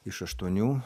iš aštuonių